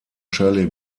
shirley